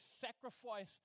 sacrifice